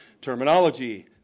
terminology